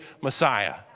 Messiah